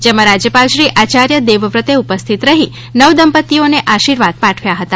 જેમાં રાજ્યપાલશ્રી આયાર્ય દેવવ્રતએ ઉપસ્થિત રહી નવદંપતિઓને આશિર્વાદ પાઠવ્યા હતા